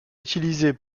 utilisé